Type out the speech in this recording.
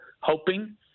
hoping